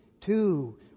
two